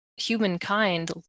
humankind